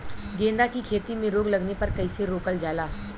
गेंदा की खेती में रोग लगने पर कैसे रोकल जाला?